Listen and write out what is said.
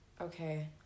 Okay